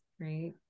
right